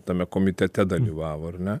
tame komitete dalyvavo ar ne